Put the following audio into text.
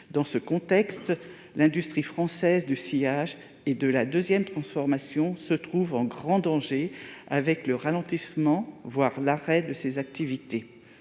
Dans ce contexte, l'industrie française du sciage et de la deuxième transformation se trouve en grand danger, avec le ralentissement, voire l'arrêt de ses activités.